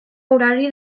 horari